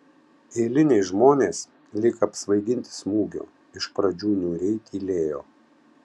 eiliniai žmonės lyg apsvaiginti smūgio iš pradžių niūriai tylėjo